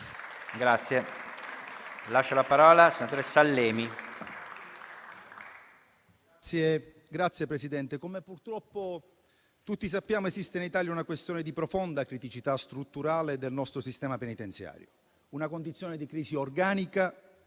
come purtroppo tutti sappiamo, esiste in Italia una questione di profonda criticità strutturale del nostro sistema penitenziario. Una condizione di crisi organica,